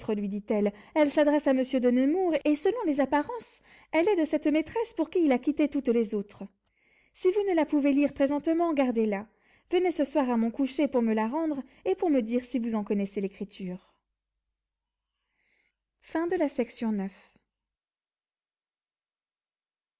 lui dit-elle elle s'adresse à monsieur de nemours et selon les apparences elle est de cette maîtresse pour qui il a quitté toutes les autres si vous ne la pouvez lire présentement gardez-la venez ce soir à mon coucher pour me la rendre et pour me dire si vous en connaissez l'écriture